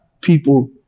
people